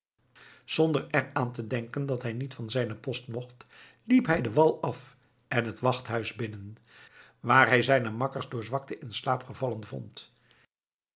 zonder er aan te denken dat hij niet van zijnen post mocht liep hij den wal af en het wachthuis binnen waar hij zijne makkers door zwakte in slaap gevallen vond